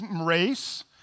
race